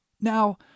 Now